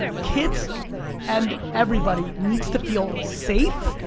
kids and everybody needs to feel safe,